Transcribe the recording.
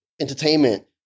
entertainment